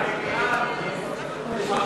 קבוצת סיעת יהדות התורה,